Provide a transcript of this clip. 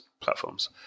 platforms